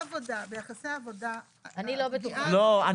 ביחסי עבודה הפגיעה --- אני לא בטוח,